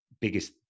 biggest